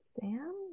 Sam